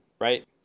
right